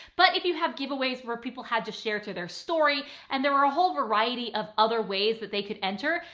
but if you have giveaways where people had to share to their story and there were a whole variety of other ways that they could enter,